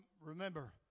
remember